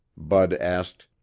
bud asked,